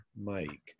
Mike